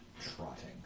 Trotting